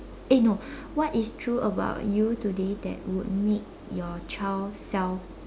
eh no what is true about you today that would make your child self